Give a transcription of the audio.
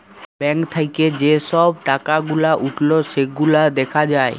bank থাক্যে যে সব টাকা গুলা উঠল সেগুলা দ্যাখা যায়